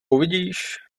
uvidíš